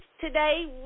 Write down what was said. today